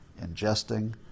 ingesting